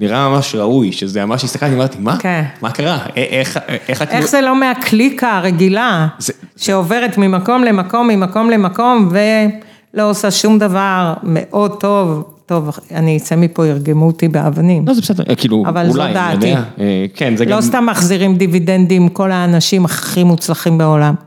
נראה ממש ראוי, שזה ממש הסתכלתי, אמרתי מה, מה קרה, איך זה לא מהקליקה הרגילה שעוברת ממקום למקום, ממקום למקום ולא עושה שום דבר מאוד טוב, טוב אני אצא מפה, ירגמו אותי באבנים, אבל זה דעתי, לא סתם מחזירים דיווידנדים, כל האנשים הכי מוצלחים בעולם.